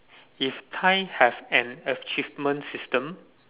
if tie have an achievement system